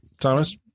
Thomas